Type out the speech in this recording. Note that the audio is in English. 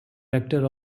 rector